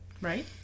Right